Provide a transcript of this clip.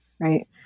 right